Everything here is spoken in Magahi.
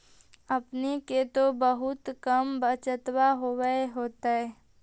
अपने के तो बहुते कम बचतबा होब होथिं?